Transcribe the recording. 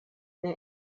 there